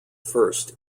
first